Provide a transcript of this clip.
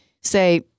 say